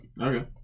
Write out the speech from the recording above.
Okay